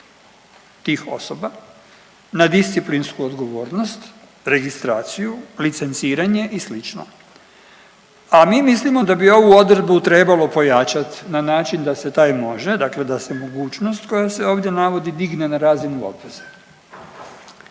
tih osoba na disciplinsku odgovornost, registraciju, licenciranje i slično. A mi mislimo da bi ovu odredbu trebalo pojačati na način da se taj može, dakle da se mogućnost koja se ovdje navodi digne na razinu obveze.